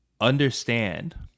understand